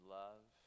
love